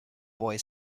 boy